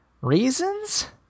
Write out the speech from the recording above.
reasons